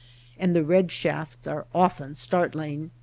and the red shafts are often startling.